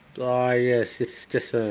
like yes it's just, ah